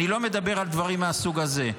אני לא מדבר על דברים מהסוג הזה,